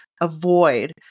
avoid